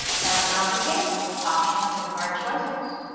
that's not the case with options in hard choices.